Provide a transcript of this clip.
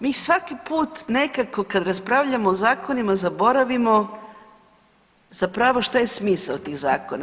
Mi svaki put nekako kad raspravljamo o zakonima zaboravimo zapravo što je smisao tih zakona.